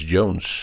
Jones